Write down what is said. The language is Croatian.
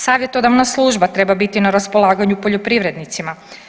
Savjetodavna služba treba biti na raspolaganju poljoprivrednicima.